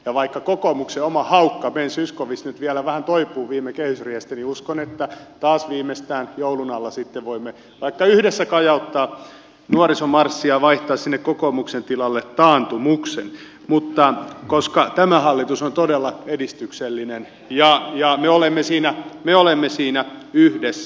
ja vaikka kokoomuksen oma haukka ben zyskowicz nyt vielä vähän toipuu viime kehysriihestä niin uskon että taas viimeistään joulun alla sitten voimme vaikka yhdessä kajauttaa nuorisomarssin ja vaihtaa sinne kokoomuksen tilalle taantumuksen koska tämä hallitus on todella edistyksellinen ja me olemme siinä yhdessä